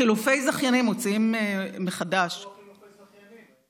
חילופי זכיינים מוציאים מחדש, חילופי זכיינים,